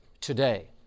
today